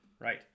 right